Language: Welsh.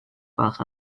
gwelwch